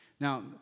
Now